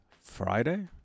Friday